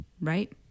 Right